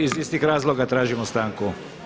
Iz istih razloga tražimo stanku.